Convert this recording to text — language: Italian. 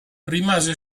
rimase